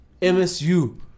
msu